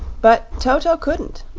but toto couldn't.